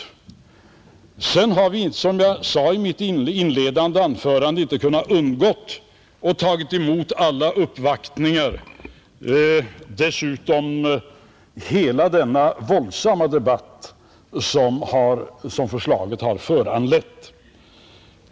Sedan har vi, som jag sade i mitt inledande anförande, inte kunnat undgå att ta emot alla uppvaktningar som gjorts liksom vi inte heller kunnat undvika att notera hela den våldsamma debatt som förslaget har föranlett.